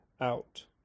out